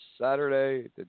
Saturday